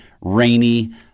rainy